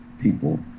people